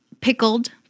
pickled